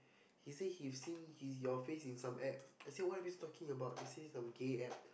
he say he've he's seen his your face in some App I say what are you talking about he say some gay App